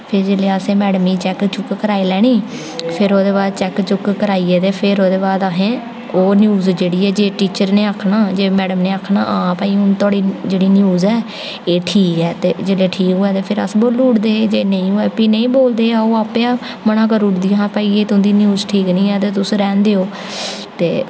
फिर जेल्लै असें मैडमें ई चेक चुक्क कराई लैनी फिर ओह्दे बाद चेक चुक्क कराइयै ते फिर ओह्दे बाद असें ओह् न्यूज़ जेह्ड़ी ऐ जे टीचर ने आखना जे मैडम ने आखना हां भाई हून थुआढ़ी जेह्ड़ी न्यूज़ ऐ एह् ठीक ऐ ते जेल्लै ठीक होऐ ते अस बोली ओड़दे हे ते जे नेईं होऐ ते भी नेईं बोलदे ते ओह् आपें गै मना करी ओड़दियां हियां भई एह् तुं'दी न्यूज़ ठीक निं ऐ तुस रैह्न देओ ते